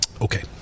Okay